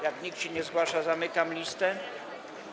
Jak nikt się nie zgłasza, zamykam listę.